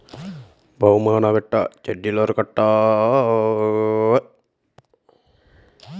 Gold loan ಗೆ ಬಡ್ಡಿ ದರ ಎಷ್ಟು?